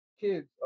kids